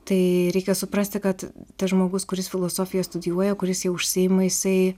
tai reikia suprasti kad tas žmogus kuris filosofiją studijuoja kuris ja užsiima jisai